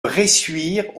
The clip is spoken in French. bressuire